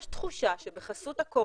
יש תחושה שבחסות הקורונה,